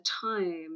time